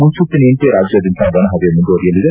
ಮುನ್ಲೂಚನೆಯಂತೆ ರಾಜ್ವಾದ್ದಂತ ಒಣಹವೆ ಮುಂದುವರಿಯಲಿದೆ